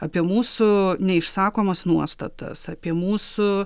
apie mūsų neišsakomas nuostatas apie mūsų